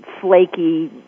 flaky